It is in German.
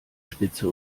spitze